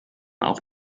auch